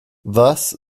thus